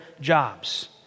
jobs